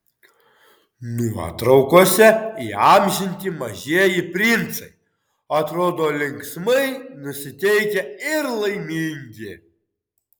nuotraukose įamžinti mažieji princai atrodo linksmai nusiteikę ir laimingi